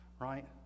right